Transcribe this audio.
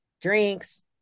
drinks